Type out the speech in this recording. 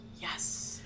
Yes